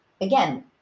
again